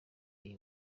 iyi